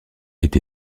est